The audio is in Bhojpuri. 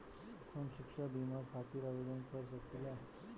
हम शिक्षा बीमा खातिर आवेदन कर सकिला?